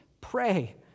pray